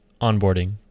onboarding